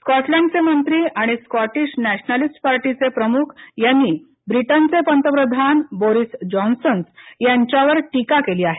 स्कॉटलंडचे मंत्री आणि Scottish nationalist पार्टीचे प्रमुख यांनी ब्रिटनचे पंतप्रधान बोरिस जॉन्सन यांच्यावर टीका केली आहे